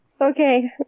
Okay